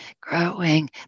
growing